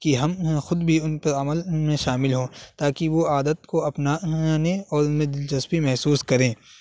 کہ ہم خود بھی ان پہ عمل میں شامل ہوں تاکہ وہ عادت کو اپنانے اور ان میں دلچسپی محسوس کریں